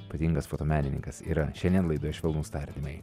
ypatingas fotomenininkas yra šiandien laidoje švelnūs tardymai